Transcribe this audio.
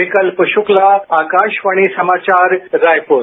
विकल्प शुक्ला आकाशवाणी समाचार रायपुर